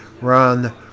run